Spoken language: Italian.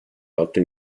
lotta